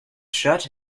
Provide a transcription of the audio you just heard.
shut